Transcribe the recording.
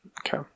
Okay